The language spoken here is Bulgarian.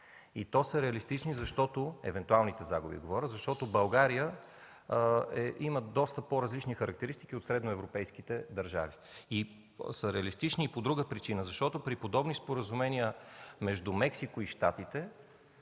а са реалистични. Говоря за евентуалните загуби, и те са реалистични, защото България има доста по-различни характеристики от средноевропейските държави. Реалистични са и по друга причина – защото при подобни споразумения между Мексико и Щатите